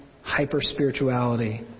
hyper-spirituality